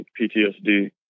PTSD